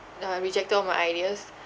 uh rejected all my ideas